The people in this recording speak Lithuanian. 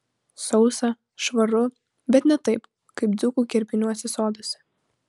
sausa švaru bet ne taip kaip dzūkų kerpiniuose soduose